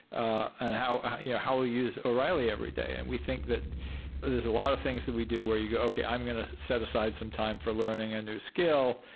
and how yeah how we use o'reilly every day? and we think that there're a lot of things that we do where you go, okay. i'm going to set aside some time for learning a new skill.